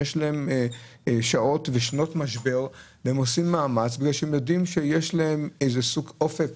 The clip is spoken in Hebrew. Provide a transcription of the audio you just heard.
יש להם שעות ושנות משבר והם עושים מאמץ כי הם יודעים יש להם איזה אופק